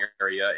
area